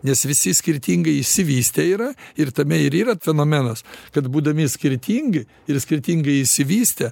nes visi skirtingai išsivystę yra ir tame ir yra fenomenas kad būdami skirtingi ir skirtingai išsivystę